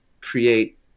create